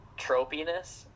tropiness